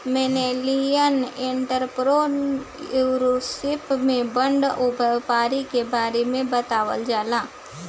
millennial entrepreneurship में बड़ व्यापारी के बारे में बतावल जाला